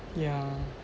yeah